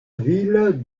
ville